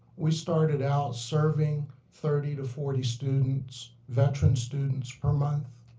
we started out serving thirty to forty students, veteran students, per month.